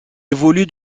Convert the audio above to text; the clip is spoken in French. évolue